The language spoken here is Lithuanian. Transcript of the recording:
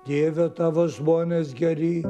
dieve tavo žmonės geri